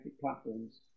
platforms